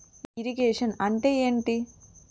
Irrigation అంటే ఏంటీ?